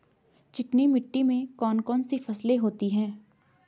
चिकनी मिट्टी में कौन कौन सी फसलें होती हैं?